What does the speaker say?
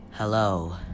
Hello